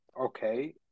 okay